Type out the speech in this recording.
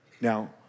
Now